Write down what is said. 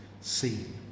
seen